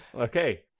Okay